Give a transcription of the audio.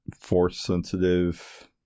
force-sensitive